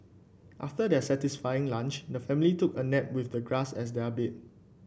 after their satisfying lunch the family took a nap with the grass as their bed